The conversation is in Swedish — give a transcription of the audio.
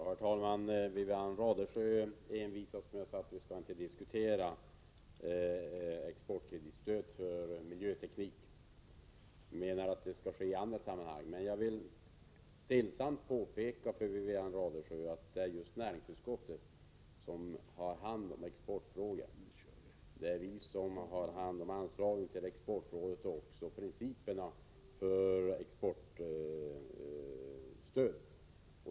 Herr talman! Wivi-Anne Radesjö envisas med att vi inte nu skall diskutera exportkreditstöd för miljöteknik. Hon menar att det skall vi göra i annat sammanhang. Jag vill stillsamt påpeka för Wivi-Anne Radesjö att det är just näringsutskottet som har hand om exportfrågor. Det är vi i näringsutskottet som också behandlar anslaget till exportrådet och principerna för exportstöd.